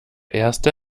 erste